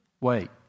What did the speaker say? Wait